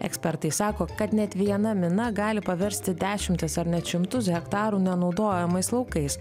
ekspertai sako kad net viena mina gali paversti dešimtis ar net šimtus hektarų nenaudojamais laukais